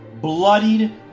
bloodied